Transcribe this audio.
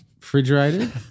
Refrigerated